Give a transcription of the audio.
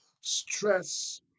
stress